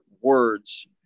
words